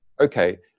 Okay